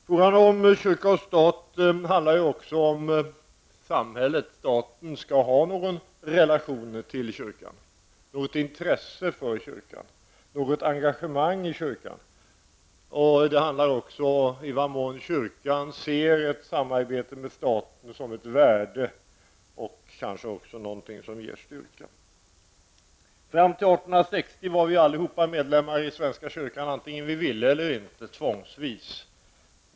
Frågan om kyrka och stat handlar ju också om samhället, om staten skall ha någon relation till kyrkan, något intresse för kyrkan och något engagemang i kyrkan. Det handlar också om i vad mån kyrkan ser ett samarbete med staten som ett värde och kanske också något som ger styrka. Fram till 1860 var vi alla medlemmar i svenska kyrkan, vare sig vi ville det eller inte, tvångsvis.